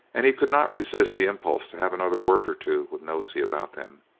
and he could not resist the impulse to have another word or two with nosey about them.